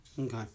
Okay